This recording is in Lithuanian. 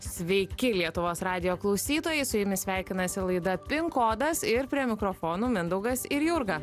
sveiki lietuvos radijo klausytojai su jumis sveikinasi laida pin kodas ir prie mikrofonų mindaugas ir jurga